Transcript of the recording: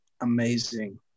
amazing